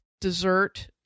dessert